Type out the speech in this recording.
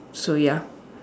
so ya